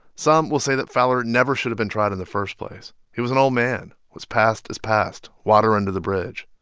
some will say that fowler never should've been tried in the first place. he was an old man. what's past is past water under the bridge.